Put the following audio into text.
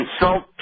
insult